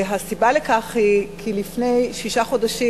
והסיבה לכך היא שלפני שישה חודשים,